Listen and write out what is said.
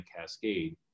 cascade